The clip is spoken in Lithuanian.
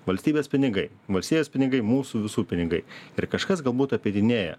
valstybės pinigai valstybės pinigai mūsų visų pinigai ir kažkas galbūt apeidinėja